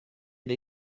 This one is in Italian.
dei